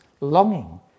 longing